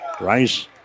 Rice